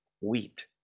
wheat